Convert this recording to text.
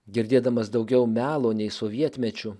girdėdamas daugiau melo nei sovietmečiu